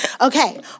Okay